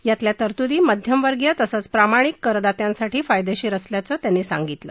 यातल्या तरतुदी मध्यमवर्गीय तसंच प्रामाणिक करदात्यांसाठी फायदेशीर असल्याचं ते म्हणाले